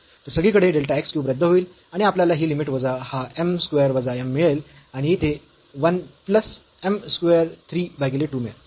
तर सगळीकडे delta x cube रद्द होईल आणि आपल्याला ही लिमिट वजा हा m स्क्वेअर वजा m मिळेल आणि येथे 1 प्लस m स्क्वेअर 3 भागीले 2 मिळेल